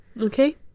Okay